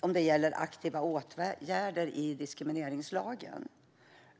om det gäller aktiva åtgärder i diskrimineringslagen?